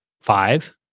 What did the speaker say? five